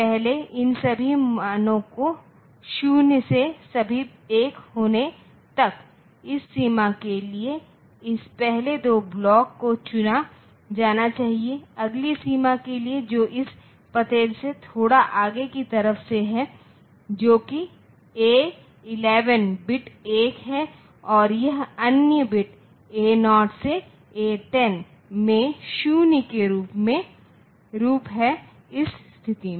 पहले इन सभी मानों को शून्य से सभी 1 होने तक इस सीमा के लिए इस पहले दो ब्लॉकों को चुना जाना चाहिए अगली सीमा के लिए जो इस पते से थोड़ा आगे की तरफ से है जो कि A11 बिट 1 है और यह अन्य बिट्स ए 0 से ए 10 में 0 के रूप हैं इस स्थिति में